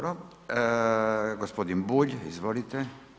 Gospodin Bulj, izvolite.